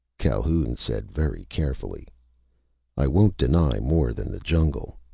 calhoun said very carefully i won't deny more than the jungle.